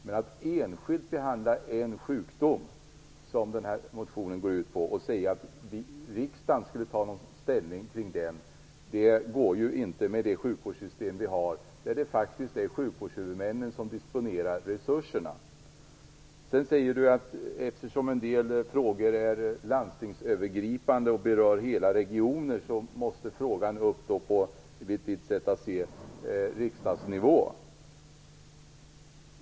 Men att enskilt diskutera en sjukdom, vilket den här motionen går ut på, och säga att riksdagen skall ta ställning i den frågan går inte med det sjukvårdssystem vi har, där det faktiskt är sjukvårdshuvudmännen som disponerar resurserna. Bo Nilsson säger att frågan måste tas upp på riksdagsnivå enligt hans sätt att se, eftersom en del frågor är landstingsövergripande och berör hela regioner.